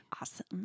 Awesome